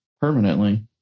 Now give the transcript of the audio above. permanently